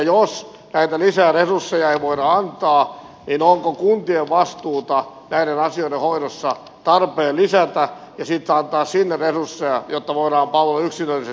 jos näitä lisäresursseja ei voida antaa niin onko kuntien vastuuta näiden asioiden hoidossa tarpeen lisätä ja antaa sinne resursseja jotta voidaan palvella yksilöllisesti paikallisesti